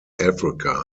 africa